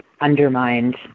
undermined